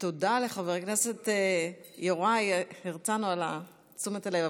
תודה לחבר הכנסת יוראי הרצנו על תשומת הלב,